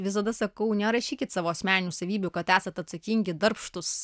visada sakau nerašykit savo asmeninių savybių kad esat atsakingi darbštūs